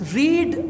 read